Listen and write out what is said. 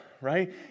right